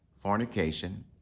fornication